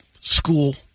school